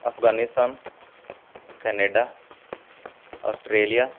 Afghanistan Canada Australia